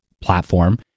platform